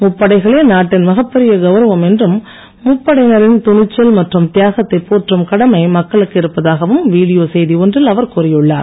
முப்படைகளே நாட்டின் மிகப்பெரிய கவுரவம் என்றும் முப்படையினரின் துணிச்சல் மற்றும் தியாகத்தை போற்றும் கடமை மக்களுக்கு இருப்பதாகவும் வீடியோ செய்தி ஒன்றில் அவர் கூறியுள்ளார்